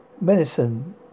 Medicine